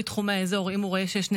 שלך ושאתה